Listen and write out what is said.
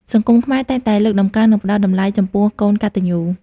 សង្គមខ្មែរតែងតែលើកតម្កើង និងផ្ដល់តម្លៃចំពោះកូនកត្ដញ្ញូ។